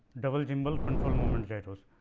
double gimbal control moment gyros.